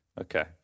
Okay